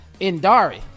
Indari